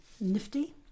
nifty